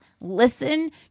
Listen